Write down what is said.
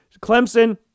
Clemson